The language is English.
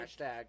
Hashtag